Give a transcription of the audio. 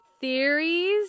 theories